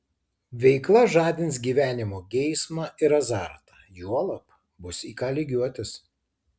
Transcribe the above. veikla žadins gyvenimo geismą ir azartą juolab bus į ką lygiuotis